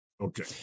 Okay